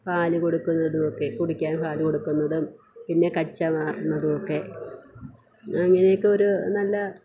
പാല് കൊടുക്കുന്നതു ഒക്കെ കുടിക്കാൻ പാല് കൊടുക്കുന്നതും പിന്നെ കച്ച മാറുന്നതും ഒക്കെ അങ്ങനെയൊക്കെ ഒരു നല്ല